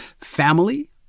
family